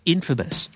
Infamous